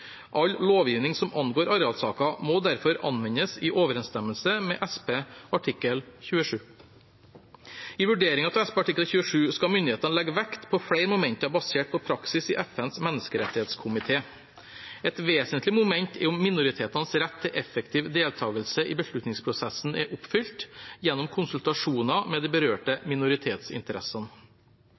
All lovgivning som angår arealsaker, må derfor anvendes i overensstemmelse med SP artikkel 27. I vurderingen av SP artikkel 27 skal myndighetene legge vekt på flere momenter basert på praksis i FNs menneskerettighetskomité. Et vesentlig moment er om minoritetenes rett til effektiv deltakelse i beslutningsprosessen er oppfylt, gjennom konsultasjoner med de berørte minoritetsinteressene.